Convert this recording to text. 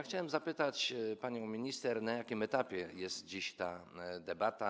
Chciałem zapytać panią minister: Na jakim etapie jest dziś ta debata?